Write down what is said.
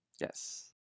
yes